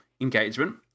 engagement